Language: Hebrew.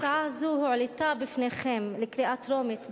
הצעה זו הועלתה בפניכם לקריאה טרומית בעבר,